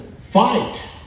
fight